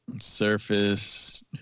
surface